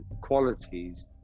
qualities